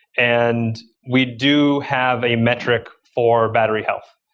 and we do have a metric for battery health.